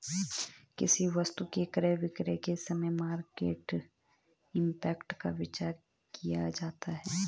किसी वस्तु के क्रय विक्रय के समय मार्केट इंपैक्ट का विचार किया जाता है